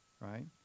right